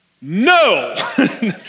no